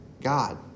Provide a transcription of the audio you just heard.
God